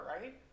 Right